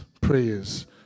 prayers